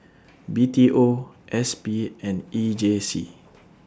B T O S P and E J C